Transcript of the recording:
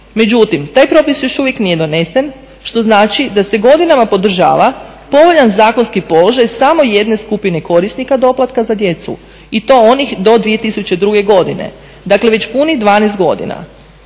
Međutim, taj propis još uvijek nije donesen što znači da se godinama podržava povoljan zakonski položaj samo jedne skupine korisnika doplatka za djecu i to onih do 2002. godine, dakle već punih 12 godina.